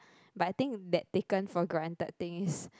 but I think that taken for granted thing is